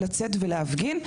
לצאת ולהפגין,